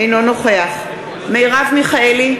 אינו נוכח מרב מיכאלי,